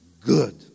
good